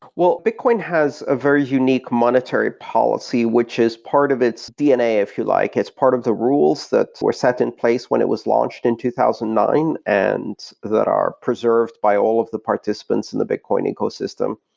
well, bitcoin has a very unique monetary policy, which is part of its dna if you like. it's part of the rules that were set in place when it was launched in two thousand and nine and that are preserved by all of the participants in the bitcoin ecosystem.